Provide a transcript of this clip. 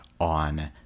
on